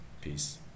Peace